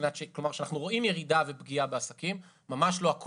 אנחנו רואים פגיעה בעסקים אבל זה מאוד